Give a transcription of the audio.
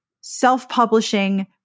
self-publishing